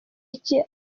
iki